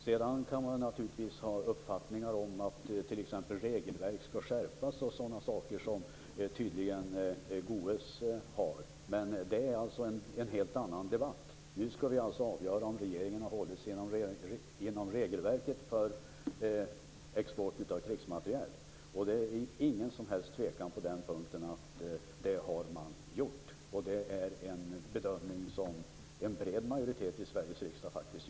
Sedan kan man naturligtvis ha uppfattningar om att t.ex. regelverk skall skärpas och sådana saker, vilket tydligen Goës har, men det är en helt annan debatt. Nu skall vi avgöra om regeringen har hållit sig inom regelverket för export av krigsmateriel, och det är på den punkten ingen som helst tvekan om att det har man gjort. Det är en bedömning som görs av en bred majoritet i Sveriges riksdag.